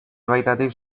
baitatik